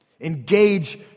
Engage